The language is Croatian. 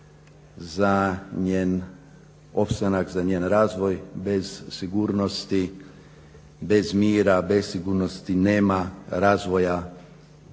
za njen opstanak, za njen razvoj. Bez sigurnosti, bez mira nema razvoja